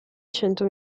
cento